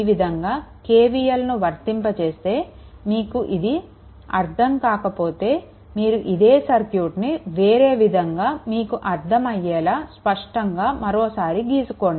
ఈ విధంగా KVLను వర్తింపచేస్తే మీకు ఇది అర్ధం కాకపోతే మీరు ఇదే సర్క్యూట్ని వేరే విధంగా మీకు అర్ధం అయ్యేలా స్పష్టంగా మరోసారి గీసుకోండి